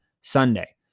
Sunday